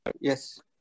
Yes